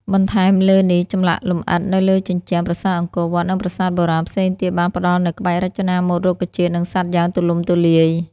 បន្ថែមលើនេះ ចម្លាក់លម្អិតនៅលើជញ្ជាំងប្រាសាទអង្គរវត្ត និងប្រាសាទបុរាណផ្សេងទៀតបានផ្តល់នូវក្បាច់រចនាម៉ូដរុក្ខជាតិ និងសត្វយ៉ាងទូលំទូលាយ។